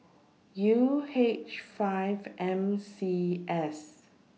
U H five M C S